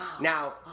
Now